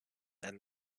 then